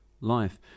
life